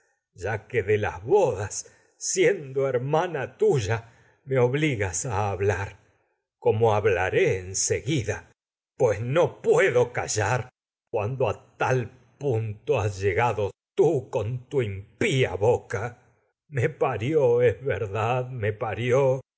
vergüen me de las bodas como siendo hermana tuya en obli a hablar hablaré seguida pues no puedo callar boca cuando a tal punto has llegado tú parió ay con tu impía me parió es verdad e